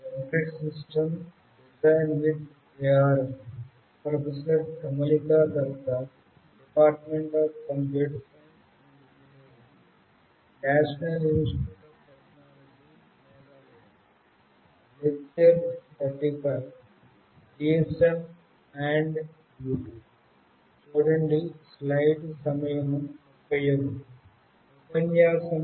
ఉపన్యాసం 35 కు స్వాగతం